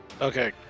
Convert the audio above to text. Okay